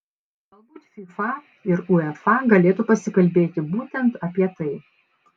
galbūt fifa ir uefa galėtų pasikalbėti būtent apie tai